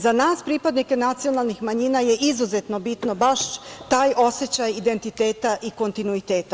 Za nas, pripadnike nacionalnih manjina je izuzetno bitno baš taj osećaj identiteta i kontinuiteta.